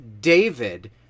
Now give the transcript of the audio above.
David